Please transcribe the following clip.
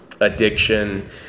addiction